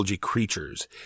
creatures